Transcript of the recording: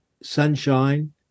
Sunshine